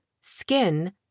skin